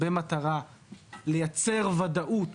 במטרה לייצר וודאות